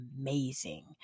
amazing